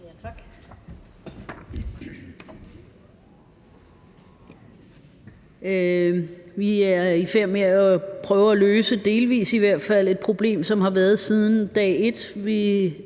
Vi er i færd med at prøve at løse – delvis i hvert fald – et problem, som har været der siden dag et.